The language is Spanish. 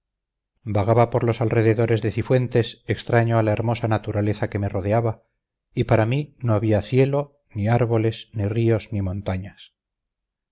vagaba por los alrededores de cifuentes extraño a la hermosa naturaleza que me rodeaba y para mí no había cielo ni árboles ni ríos ni montañas